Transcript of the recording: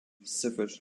sıfır